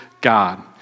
God